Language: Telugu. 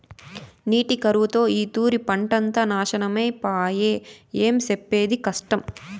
నీటి కరువుతో ఈ తూరి పంటంతా నాశనమై పాయె, ఏం సెప్పేది కష్టం